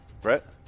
Brett